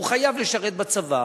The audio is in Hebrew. חייב לשרת בצבא.